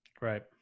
Right